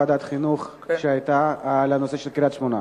ועדת החינוך על הנושא של קריית-שמונה.